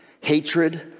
hatred